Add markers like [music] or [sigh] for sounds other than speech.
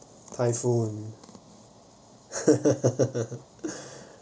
typhoon [laughs]